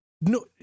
No